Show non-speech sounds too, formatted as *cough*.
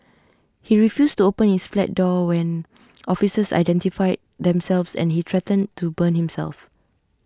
he refused to open his flat door when *noise* officers identified themselves and he threatened to burn himself